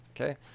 Okay